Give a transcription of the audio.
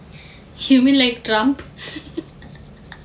human like trump